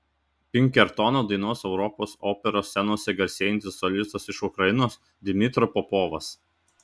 pinkertoną dainuos europos operos scenose garsėjantis solistas iš ukrainos dmytro popovas